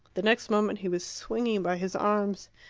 the next moment he was swinging by his arms.